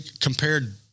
compared